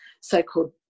so-called